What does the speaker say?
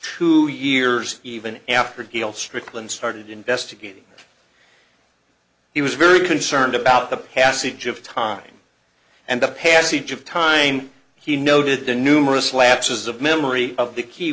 two years even after deal strickland started investigating he was very concerned about the passage of time and the passage of time he noted the numerous lapses of memory of the key